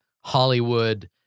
Hollywood